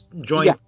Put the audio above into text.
joint